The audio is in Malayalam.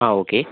ആ ഓക്കേ